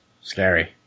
Scary